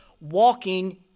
walking